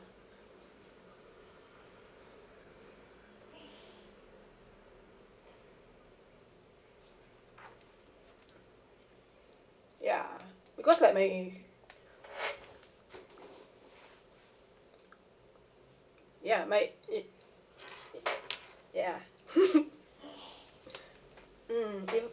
ya because like my ya my it ya mm